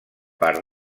part